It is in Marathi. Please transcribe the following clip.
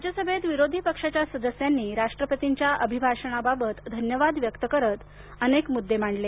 राज्यसभेत विरोधी पक्षाच्या सदस्यांनी राष्टूपतींच्या अभिभाषणाबाबत धन्यवाद व्यक्त करत अनेक सूचना मांडल्या